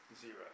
Zero